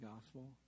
gospel